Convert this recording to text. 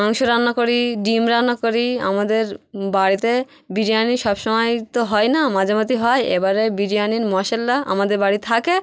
মাংস রান্না করি ডিম রান্না করি আমাদের বাড়িতে বিরিয়ানি সব সময় তো হয় না মাঝেমধ্যে হয় এবারে বিরিয়ানির মশলা আমাদের বাড়িতে থাকে